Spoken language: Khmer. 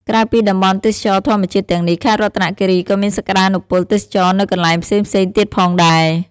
ក្រៅពីតំបន់ទេសចរណ៍ធម្មជាតិទាំងនេះ ខេត្តរតនគិរី ក៏មានសក្តានុពលទេសចរណ៍នៅកន្លែងផ្សេងៗទៀតផងដែរ។